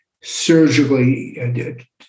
surgically